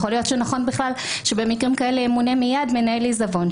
יכול להיות שנכון בכלל שבמקרים כאלה ימונה מיד מנהל עיזבון,